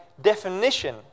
definition